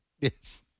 Yes